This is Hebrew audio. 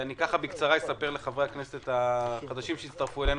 אספר בקצרה לחברי הכנסת החדשים שהצטרפו אלינו,